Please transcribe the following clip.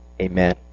Amen